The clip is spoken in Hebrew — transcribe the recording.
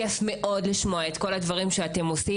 כיף מאוד לשמוע את כל הדברים שאתם עושים,